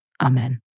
amen